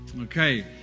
okay